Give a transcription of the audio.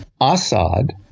Assad